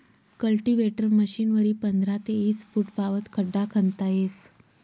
cultivator मशीनवरी पंधरा ते ईस फुटपावत खड्डा खणता येस